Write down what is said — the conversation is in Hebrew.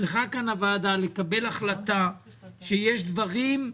לקבל החלטה שיש דברים,